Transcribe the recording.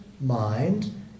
mind